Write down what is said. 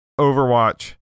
Overwatch